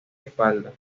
espalda